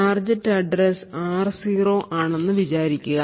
target address r0 ആണെന്ന് വിചാരിക്കുക